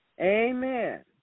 Amen